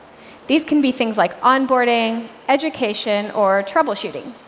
these can be things like onboarding, education, or troubleshooting.